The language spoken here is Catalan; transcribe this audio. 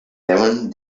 deuen